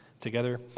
together